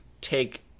take